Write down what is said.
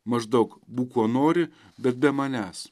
maždaug būk kuo nori bet be manęs